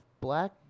black